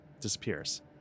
disappears